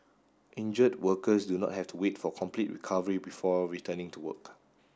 injured workers do not have to wait for complete recovery before returning to work